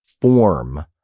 form